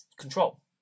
control